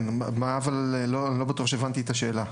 כן, אבל אני לא בטוח שהבנתי את השאלה.